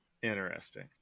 Interesting